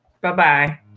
Bye-bye